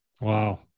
Wow